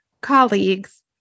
colleagues